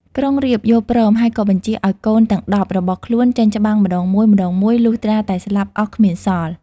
ក្រុងរាពណ៍យល់ព្រម ហើយក៏បញ្ជាឱ្យកូនទាំង១០របស់ខ្លួនចេញច្បាំងម្តងមួយៗលុះត្រាតែស្លាប់អស់គ្មានសល់។